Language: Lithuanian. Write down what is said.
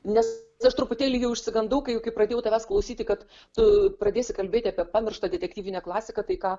nes aš truputėlį jau išsigandau kai kai pradėjau tavęs klausyti kad tu pradėsi kalbėti apie pamirštą detektyvinę klasiką tai ką